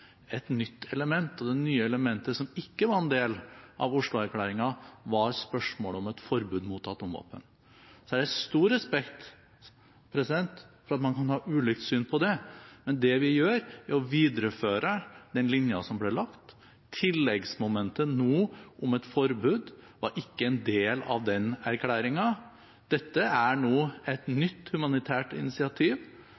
et nytt element, og det nye elementet, som ikke var en del av Oslo-erklæringen, er spørsmålet om et forbud mot atomvåpen. Jeg har stor respekt for at man kan ha ulikt syn på det, men det vi gjør, er å videreføre den linja som ble lagt. Tilleggsmomentet nå om et forbud var ikke en del av den erklæringen. Dette er nå et nytt humanitært initiativ